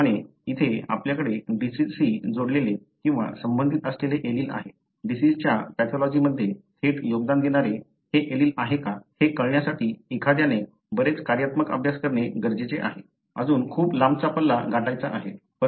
त्याचप्रमाणे येथे आपल्याकडे डिसिजशी जोडलेले किंवा संबंधित असलेले एलील आहे डिसिजच्या पॅथॉलॉजीमध्ये थेट योगदान देणारे हे एलील आहे का हे कळण्यासाठी एखाद्याने बरेच कार्यात्मक अभ्यास करणे गरजेचे आहे अजून खूप लांबचा पल्ला गाठायचा आहे